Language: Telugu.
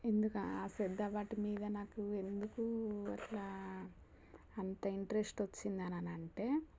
ఎందుకా పెద్ద వాటి మీద నాకు ఎందుకు అలా అంత ఇంట్రెస్ట్ వచ్చిందనంటే